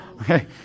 Okay